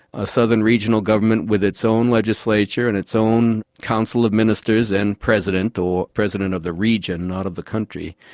a southern regional government with its own legislation, and its own council of ministers and president, or president of the region, not of the country.